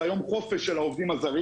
זה יום החופש של העובדים הזרים